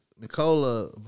Nicola